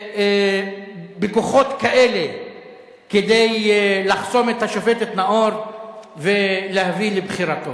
בכוחות כאלה כדי לחסום את השופטת נאור ולהביא לבחירתו.